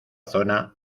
zona